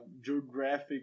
geographic